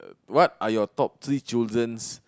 what are your top three children's